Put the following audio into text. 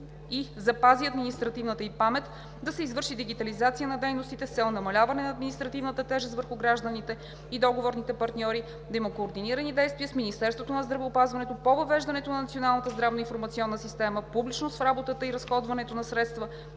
и запази административната ѝ памет, да се извърши дигитализация на дейностите с цел намаляване на административната тежест върху гражданите и договорните партньори, да има координирани действия с Министерството на здравеопазването по въвеждането на Националната здравно информационна система, публичност в работата и разходването на средствата,